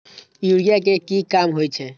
Urea के की काम होई छै?